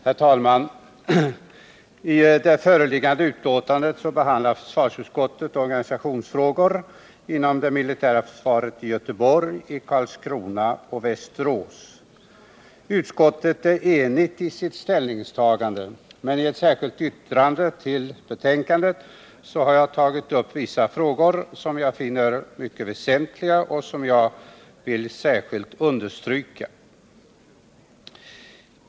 Herr talman! I det föreliggande betänkandet behandlar försvarsutskottet organisationsfrågor inom det militära försvaret i Göteborg, Karlskrona och Västerås. Utskottet är enigt i sitt ställningstagande, men i ett särskilt yttrande till betänkandet har jag tagit upp vissa frågor som jag finner mycket väsentliga och som jag särskilt har velat understryka.